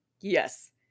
yes